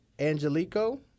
Angelico